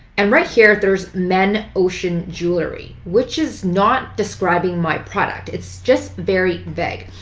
and right here, there's men ocean jewelry, which is not describing my product. it's just very vague.